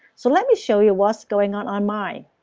so let me show you what's going on on mine.